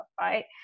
right